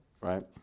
Right